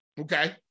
Okay